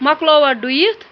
مۄکلوا ڈُیِتھ